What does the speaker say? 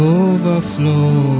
overflow